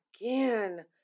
again